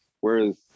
whereas